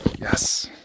Yes